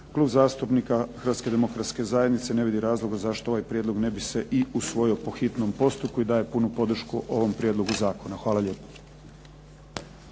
Klub zastupnika Hrvatske demokratske zajednice ne vidi razloga zašto ovaj prijedlog ne bi se i usvojio po hitnom postupku i daje punu podršku ovom prijedlogu zakona. Hvala lijepo.